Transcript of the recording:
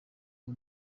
ubu